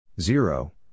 zero